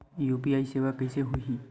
UPI सेवा के कइसे होही?